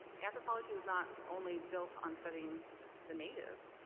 anthropology was not only built on studying the native,